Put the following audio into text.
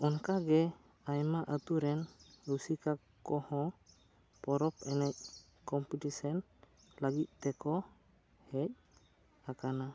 ᱚᱱᱠᱟ ᱜᱮ ᱟᱭᱢᱟ ᱟᱛᱳ ᱨᱮᱱ ᱨᱩᱥᱤᱠᱟ ᱠᱚ ᱦᱚᱸ ᱯᱚᱨᱚᱵᱽ ᱮᱱᱮᱡ ᱠᱚᱢᱯᱤᱴᱤᱥᱟᱱ ᱞᱟᱹᱜᱤᱫ ᱛᱮᱠᱚ ᱦᱮᱡ ᱟᱠᱟᱱᱟ